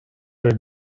are